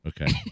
Okay